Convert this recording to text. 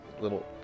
Little